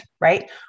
right